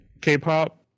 k-pop